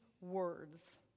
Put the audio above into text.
words